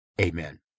Amen